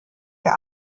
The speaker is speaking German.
der